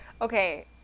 okay